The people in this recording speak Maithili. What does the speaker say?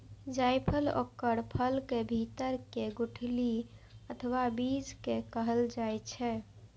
जायफल ओकर फलक भीतर के गुठली अथवा बीज कें कहल जाइ छै